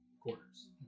quarters